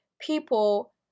people